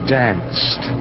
danced